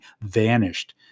vanished